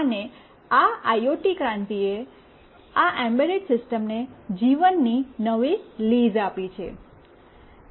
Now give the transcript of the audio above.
અને આ આઇઓટી ક્રાંતિએ આ એમ્બેડ સિસ્ટમને જીવનની નવી લીઝ આપી છે